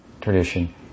tradition